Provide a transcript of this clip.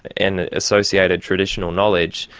and associated traditional knowledge,